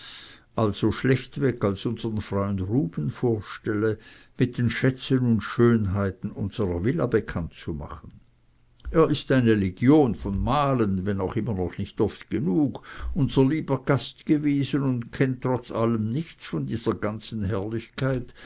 also schlechtweg als unsern freund ruben vorstelle mit den schätzen und schönheiten unsrer villa bekannt zu machen er ist eine legion von malen wenn auch immer noch nicht oft genug unser lieber gast gewesen und kennt trotzalledem nichts von dieser ganzen herrlichkeit